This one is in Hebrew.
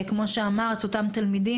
כמו שאמרת על אותם תלמידים,